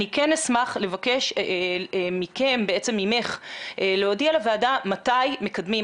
אני כן אשמח לבקש ממך להודיע לוועדה מתי מקדמים,